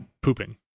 pooping